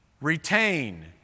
Retain